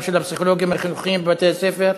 של הפסיכולוגים החינוכיים בבתי-הספר.